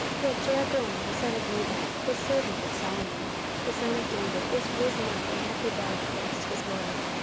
yet jeroboam the son of nebat, the servant of solomon the son of david, is risen up, and hath rebelled against his lord.